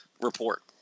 report